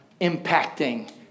impacting